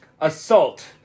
assault